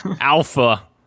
Alpha